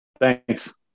Thanks